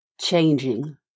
changing